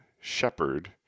shepherd